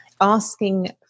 asking